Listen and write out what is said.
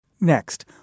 Next